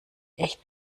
echt